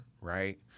right